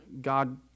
God